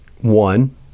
one